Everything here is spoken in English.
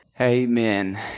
Amen